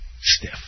stiff